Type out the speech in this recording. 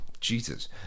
Jesus